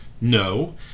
No